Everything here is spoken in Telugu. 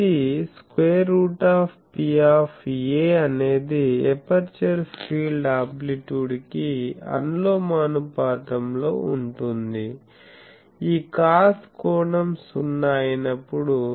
ఇది √P అనేది ఎపర్చరు ఫీల్డ్ ఆమ్ప్లిట్యూడ్ కి అనులోమానుపాతంలో ఉంటుంది ఈ cos కోణం 0 అయినప్పుడు